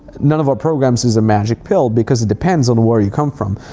none of our programs is a magic pill, because it depends on where you come from.